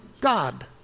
God